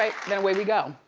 i mean away we go.